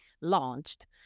launched